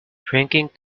drinking